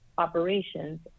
operations